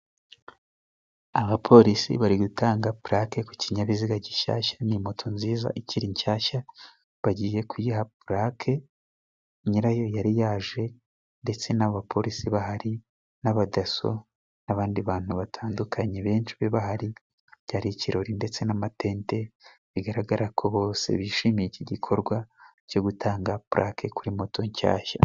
Abapolisi bari gutanga pulake ku kinyabiziga gishyashya, ni moto nziza ikiri nshyashya bagiye kuyiha pulake, nyirayo yari yaje ndetse n'abapolisi bahari n'abadaso, n'abandi bantu batandukanye benshi bahari, byari ikirori ndetse n'amatente bigaragara ko bose bishimiye iki gikorwa cyo gutanga pulake, kuri moto nshyashya.